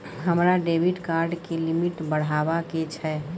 हमरा debit card के limit बढावा के छै